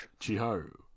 Chiharu